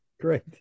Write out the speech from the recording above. great